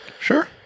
Sure